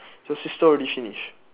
your sister already finish